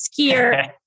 skier